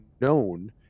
known